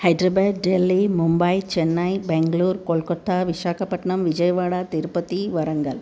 Hyderabad Delhi Mumbai Chennai Bangalore Kolkata Visakhapatnam Vijayawada Tirupati Warangal